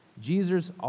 Jesus